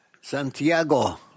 Santiago